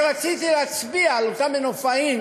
רק רציתי להצביע על אותם מנופאים